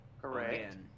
Correct